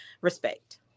respect